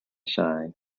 shine